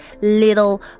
little